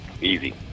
easy